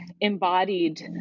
embodied